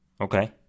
Okay